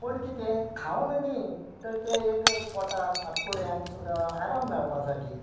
पूण कितें खावन न्ही तर ते एक पोटाक आतकुड्याक तुका आराम मेळपा साठी